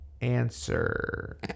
answer